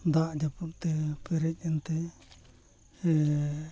ᱫᱟᱜ ᱡᱟᱹᱯᱩᱫ ᱛᱮ ᱯᱮᱨᱮᱡ ᱮᱱ ᱛᱮ ᱮ